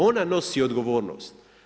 Ona nosi odgovornost.